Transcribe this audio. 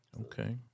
Okay